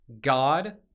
God